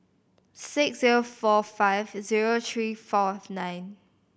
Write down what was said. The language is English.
six zero four five zero three fourth nine